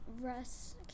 Russ